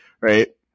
right